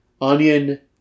onion